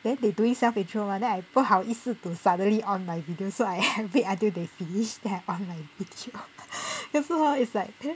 then they doing self intro mah then I 不好意思 to suddenly on my video so I wait until they finish then I on my video then so hor it's like